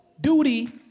duty